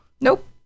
Nope